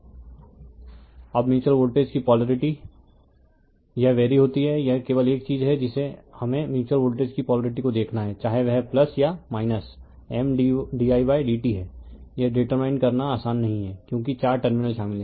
refer slide time 0645 अब mutual voltage की polarity यह वेरी होती है यह केवल एक चीज है जिसे हमें म्यूच्यूअल वोल्टेज की पोलारिटी को देखना है चाहे वह या M didt है यह डीटरमाइन करना आसान नहीं है क्योंकि चार टर्मिनल शामिल हैं